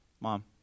Mom